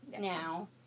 now